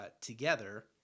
together